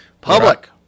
Public